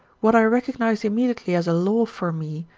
what i recognise immediately as a law for me,